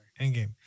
Endgame